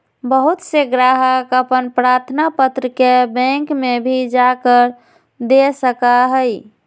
बहुत से ग्राहक अपन प्रार्थना पत्र के बैंक में भी जाकर दे सका हई